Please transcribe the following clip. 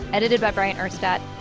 edited by brian urstadt.